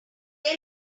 here